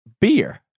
beer